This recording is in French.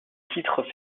titre